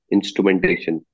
Instrumentation